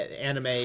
anime